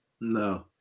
No